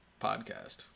podcast